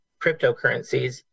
Cryptocurrencies